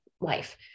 life